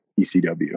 ECW